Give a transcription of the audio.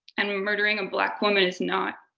and murdering a black woman is not.